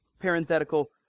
parenthetical